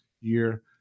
year